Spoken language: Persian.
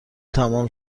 تمام